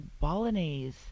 bolognese